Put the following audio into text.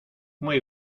muy